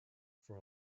for